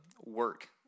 work